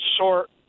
short